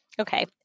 okay